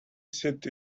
sit